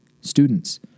Students